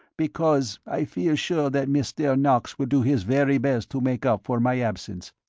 because i feel sure that mr. knox will do his very best to make up for my absence.